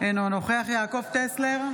אינו נוכח יעקב טסלר,